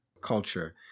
culture